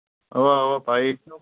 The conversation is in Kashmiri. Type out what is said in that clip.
اَوا اَوا پَے ہے چھُ